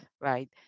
right